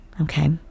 okay